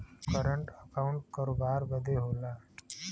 current account करोबार बदे होला